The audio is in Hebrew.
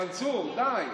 מנסור, די.